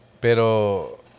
pero